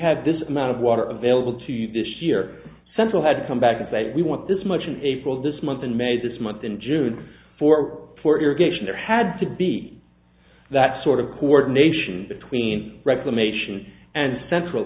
have this amount of water available to you this year central had come back and say we want this much in april this month in may this month in june for poor irrigation there had to be that sort of cord nation between reclamation and central